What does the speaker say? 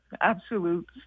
absolute